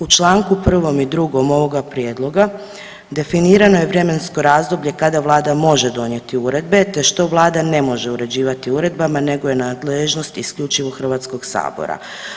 U čl. 1 i 2 ovoga Prijedloga definirano je vremensko razdoblje kada Vlada može donijeti uredbe te što Vlada ne može uređivati uredbama nego je nadležnost isključivo HS-a.